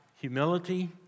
humility